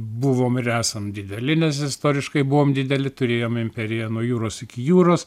buvom ir esam dideli nes istoriškai buvom dideli turėjom imperiją nuo jūros iki jūros